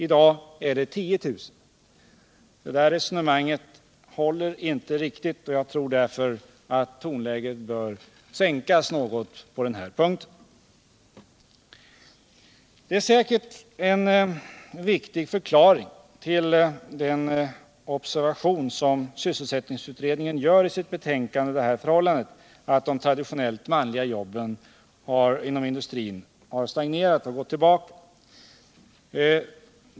I dag finns det 10 000 arbetslösa där. Det där resonemanget om byggande till siste byggnadsarbetare håller inte riktigt, och jag tror därför att tonläget måste sänkas något på den punkten. Det är säkert en viktig förklaring till den observation som sysselsättningsutredningen gör i sitt betänkande, nämligen att de traditionellt manliga jobben inom industrin har stagnerat eller gått tillbaka.